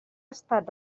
estat